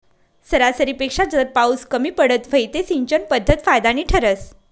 सरासरीपेक्षा जर पाउस कमी पडत व्हई ते सिंचन पध्दत फायदानी ठरस